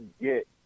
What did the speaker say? get